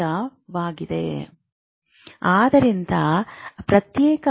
ನೀವು ವಿದ್ಯುದ್ವಾರವನ್ನು ಬಳಸಿದರೆ ನೀವು ಕ್ರಿಯಾಶೀಲ ಸಾಮರ್ಥ್ಯವನ್ನು ಅಳೆಯಬಹುದು